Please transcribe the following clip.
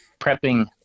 prepping